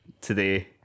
today